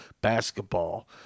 basketball